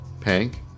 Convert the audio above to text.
Pank